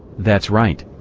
that's right.